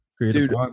dude